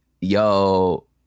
yo